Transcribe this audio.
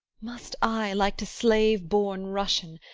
must i, like to slave-born russian,